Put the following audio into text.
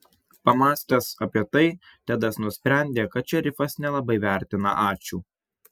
pamąstęs apie tai tedas nusprendė kad šerifas nelabai vertina ačiū